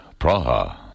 Praha